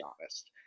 honest